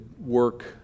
work